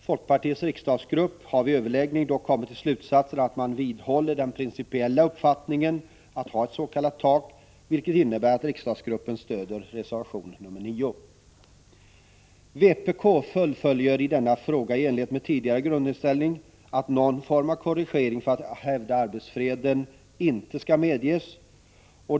Folkpartiets riksdagsgrupp har dock vid överläggning kommit till slutsatsen att man bör vidhålla den principiella uppfattningen att ha ett s.k. tak, vilket innebär att riksdagsgruppen stöder reservation 9. Vpk vidhåller i denna fråga sin tidigare grundinställning, nämligen att någon form av korrigering för att hävda arbetsfreden inte skall medges.